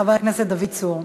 חבר הכנסת דוד צור.